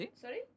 Sorry